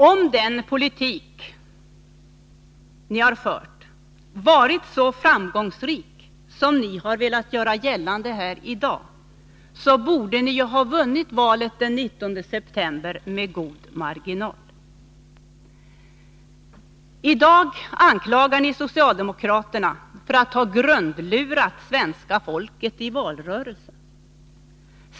Om den politik ni har fört har varit så framgångsrik som ni i dag velat göra gällande, så borde ni ju ha vunnit valet den 19 september med god marginal. I dag anklagar ni socialdemokraterna för att ha grundlurat det svenska folket i valrörelsen.